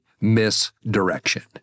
misdirection